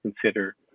consider